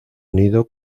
nido